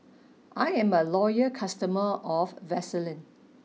I am a loyal customer of Vaselin